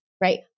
right